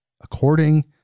According